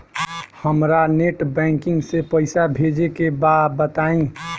हमरा net banking से पईसा भेजे के बा बताई?